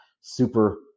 super